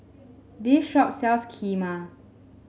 this shop sells Kheema